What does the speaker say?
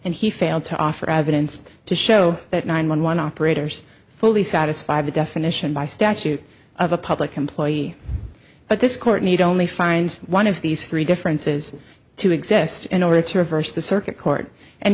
and he failed to offer evidence to show that nine one one operators fully satisfy the definition by statute of a public employee but this court need only find one of these three differences to exist in order to reverse the circuit court and